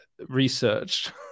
research